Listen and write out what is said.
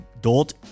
Dot